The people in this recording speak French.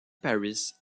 paris